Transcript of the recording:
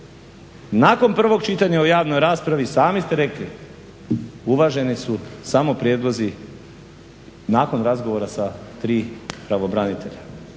nakon prvog čitanja u javnoj raspravi sami ste rekli uvaženi su samo prijedlozi nakon razgovora sa tri pravobranitelja.